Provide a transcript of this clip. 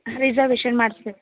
reservation ಮಾಡ್ಸ್ಬೇಕು